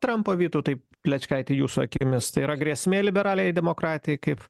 trampą vytautai plečkaiti jūsų akimis tai yra grėsmė liberaliajai demokratijai kaip